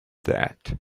that